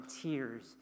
tears